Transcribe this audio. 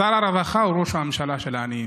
שר הרווחה הוא ראש הממשלה של העניים,